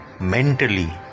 mentally